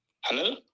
hello